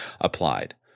applied